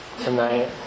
tonight